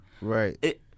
Right